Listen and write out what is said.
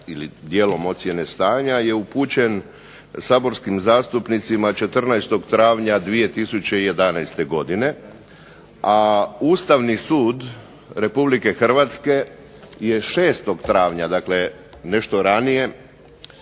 dijelom ocjene stanje je upućen saborskim zastupnicima 14. travnja 2011. godine, a Ustavni sud RH je 6. travnja, dakle nešto ranije,